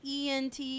ENT